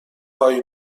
هایی